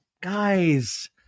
guys